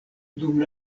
dum